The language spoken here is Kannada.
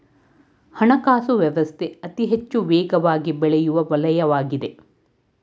ಹಣಕಾಸು ವ್ಯವಸ್ಥೆ ಅತಿಹೆಚ್ಚು ವೇಗವಾಗಿಬೆಳೆಯುವ ವಲಯವಾಗಿದೆ